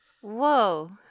Whoa